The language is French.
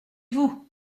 vous